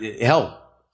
hell